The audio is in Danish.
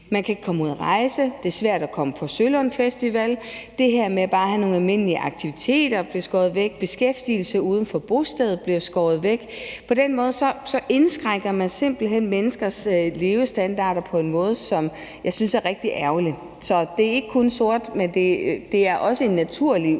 Man kan ikke komme ud at rejse. Det er svært at komme på Sølund Musik-Festival. Det her med bare at have nogle almindelige aktiviteter bliver skåret væk. Beskæftigelse uden for bostedet bliver skåret væk. På den måde indskrænker man simpelt hen menneskers levestandard på en måde, som jeg synes er rigtig ærgerlig. Så det er ikke kun sort, men også en naturlig